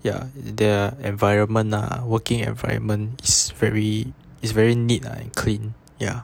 ya their environment ah working environment is very is very neat ah and clean ya